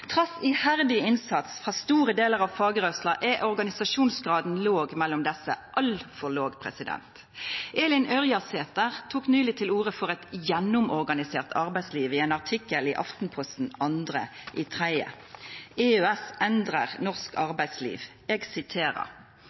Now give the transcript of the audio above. Trass iherdig innsats frå store delar av fagrørsla er organisasjonsgraden låg mellom desse menneska, altfor låg. Elin Ørjasæter tok nyleg til orde for eit gjennomorganisert arbeidsliv i ein artikkel i Aftenposten den 2. mars, «EØS endrer norsk arbeidsliv»: